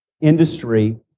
industry